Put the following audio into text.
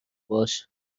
باشه